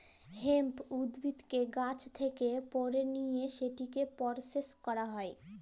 hemp উদ্ভিদকে গাহাচ থ্যাকে পাড়ে লিঁয়ে সেটকে পরসেস ক্যরা হ্যয়